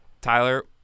Tyler